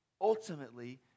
ultimately